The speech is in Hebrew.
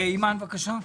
אימאן, בבקשה.